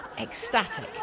ecstatic